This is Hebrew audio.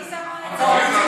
אני שמה את זה.